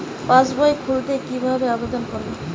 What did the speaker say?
পাসবই খুলতে কি ভাবে আবেদন করব?